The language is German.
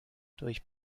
durch